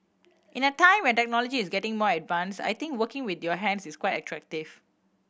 in a time where technology is getting more advanced I think working with your hands is quite attractive